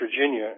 Virginia